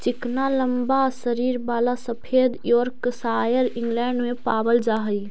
चिकना लम्बा शरीर वाला सफेद योर्कशायर इंग्लैण्ड में पावल जा हई